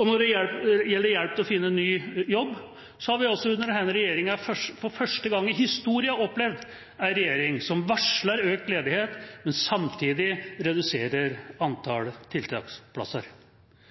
Og når det gjelder hjelp til å finne ny jobb, har vi altså under denne regjeringa for første gang i historien opplevd en regjering som varsler økt ledighet, men som samtidig reduserer antall tiltaksplasser.